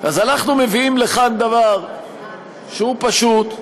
אז אנחנו מביאים לכאן דבר שהוא פשוט,